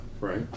right